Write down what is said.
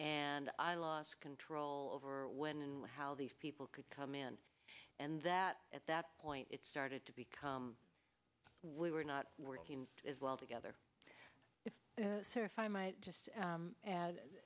and i lost control over when and how these people could come in and that at that point it started to become we were not working as well together if sir if i might just